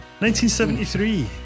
1973